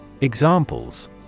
Examples